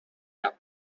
cap